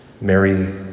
Mary